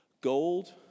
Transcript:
Gold